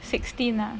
sixteen ah